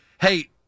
hey –